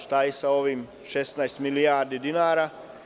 Šta je sa ovih 16 milijardi dinara?